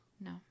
No